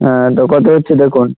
হ্যাঁ তো কত হচ্ছে দেখুন